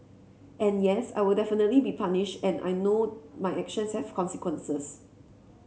and yes I will definitely be punished and I know my actions have consequences